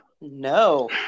no